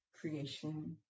creation